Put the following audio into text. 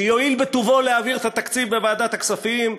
שיואיל בטובו להעביר את התקציב בוועדת הכספים?